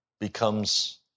becomes